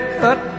cut